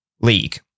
league